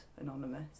anonymous